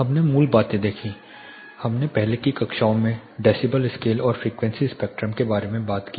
हमने मूल बातें देखीं हमने पहले की कक्षाओं में डेसिबल स्केल और फ्रिक्वेंसी स्पेक्ट्रम के बारे में बात की